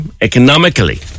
economically